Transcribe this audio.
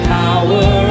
power